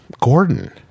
gordon